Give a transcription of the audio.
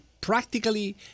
practically